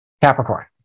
Capricorn